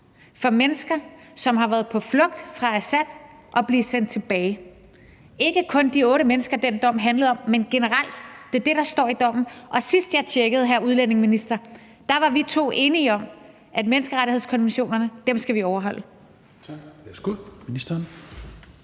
for mennesker, som har været på flugt fra Assad, at blive sendt tilbage. Og det er ikke kun de otte mennesker, den dom handlede om, men generelt. Det er det, der står i dommen. Sidst jeg tjekkede, hr. udlændingeminister, var vi to enige om, at menneskerettighedskonventionerne skal vi overholde.